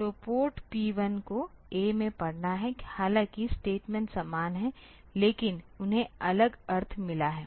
तो port P 1 को A में पढ़ना हैं हालांकि स्टेटमेंट समान हैं लेकिन उन्हें अलग अर्थ मिला है